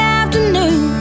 afternoon